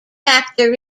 factor